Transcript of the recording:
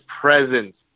presence